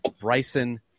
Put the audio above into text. Bryson